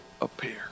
appear